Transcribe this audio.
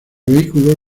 vehículo